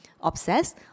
obsess